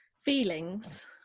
feelings